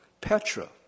Petra